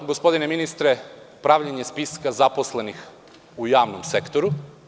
Gospodine ministre, podržavam pravljenje spiska zaposlenih u javnom sektoru.